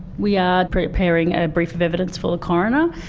we are preparing a brief of evidence for the coroner.